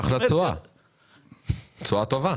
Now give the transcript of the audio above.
תשואה טובה.